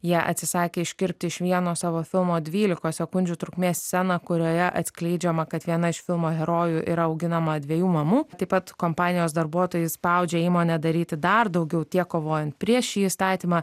jie atsisakė iškirpti iš vieno savo filmo dvylikos sekundžių trukmės sceną kurioje atskleidžiama kad viena iš filmo herojų yra auginama dviejų mamų taip pat kompanijos darbuotojai spaudžia įmonę daryti dar daugiau tiek kovojant prieš šį įstatymą